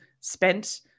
spent